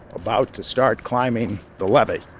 about to start climbing the levee.